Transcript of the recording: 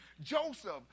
Joseph